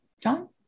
John